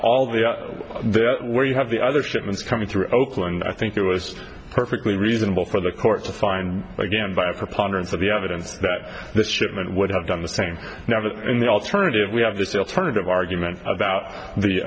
all the where you have the other shipments coming through oakland i think it was perfectly reasonable for the court to find again by a preponderance of the evidence that the shipment would have done the same now that in the alternative we have to still turn it of argument about the